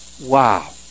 Wow